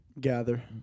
gather